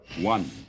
One